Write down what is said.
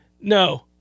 No